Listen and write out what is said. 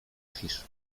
fisz